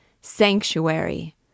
Sanctuary